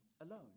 alone